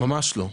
ממש לא.